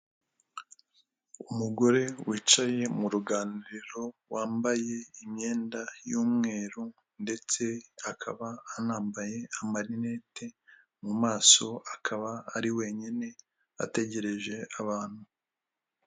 Umugore wicaye mu ruganiriro wambaye imyenda y'umweru ndetse akaba anambaye amarinete mu maso, akaba ari wenyine ategereje abantu.